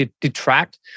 detract